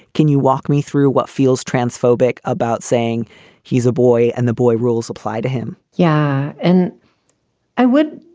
can you walk me through what feels transphobic about saying he's a boy and the boy rules apply to him? yeah and i would,